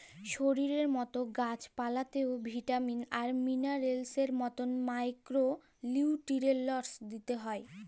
শরীরের মতল গাহাচ পালাতেও ভিটামিল আর মিলারেলসের মতল মাইক্রো লিউট্রিয়েল্টস দিইতে হ্যয়